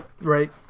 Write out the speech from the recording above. Right